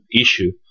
issue